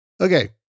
Okay